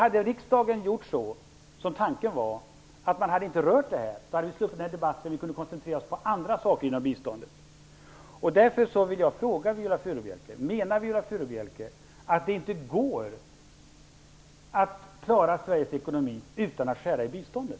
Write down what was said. Hade riksdagen, som tanken var, inte rört det här, då hade vi sluppit den här debatten, och vi hade kunnat koncentrera oss på andra saker inom biståndet. Jag vill därför fråga Viola Furubjelke: Menar Viola Furubjelke att det inte går att klara Sveriges ekonomi utan att skära i biståndet?